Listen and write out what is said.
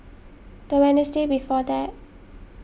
the Wednesday before that